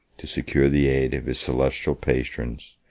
to secure the aid of his celestial patrons,